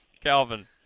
Calvin